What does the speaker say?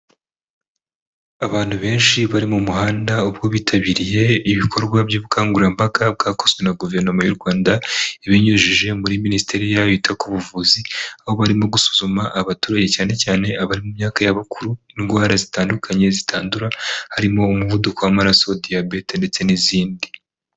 Abantu benshi bari mu muhanda ubwo bitabiriye ibikorwa by'ubukangurambaga bwakozwe na guverinoma y'u Rwanda ibinyujije muri minisiteri yayo yita ku buvuzi, aho barimo gusuzuma abaturage cyane cyane abari mu myaka y'abakuru indwara zitandukanye zitandura harimo umuvuduko w'amaraso, diyabete ndetse n'izindi.